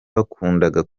bakundaga